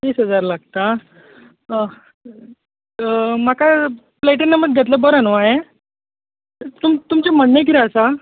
तीस हजार लागता ह म्हाका प्लॅटिनमूच घेतल्यार बरें न्हू हांवें तूम तुमचें म्हणणें कितें आसा